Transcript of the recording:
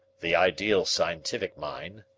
the ideal scientific mind,